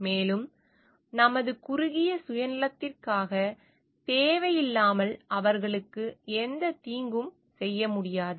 மேலும் நமது குறுகிய சுயநலத்திற்காக தேவையில்லாமல் அவர்களுக்கு எந்தத் தீங்கும் செய்ய முடியாது